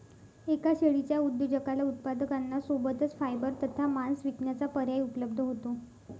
एका शेळीच्या उद्योजकाला उत्पादकांना सोबतच फायबर तथा मांस विकण्याचा पर्याय उपलब्ध होतो